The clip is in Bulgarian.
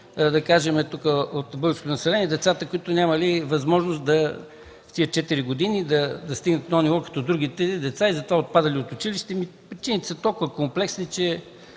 категории от българското население, на които децата нямали възможност в тези четири години да достигнат това ниво като другите деца и затова отпадали от училище. Причините са толкова комплексни, че